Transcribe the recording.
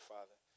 Father